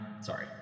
sorry